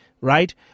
right